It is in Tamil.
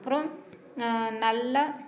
அப்பறம் நல்லா